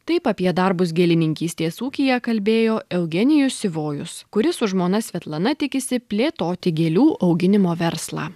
taip apie darbus gėlininkystės ūkyje kalbėjo eugenijus sivojus kuris su žmona svetlana tikisi plėtoti gėlių auginimo verslą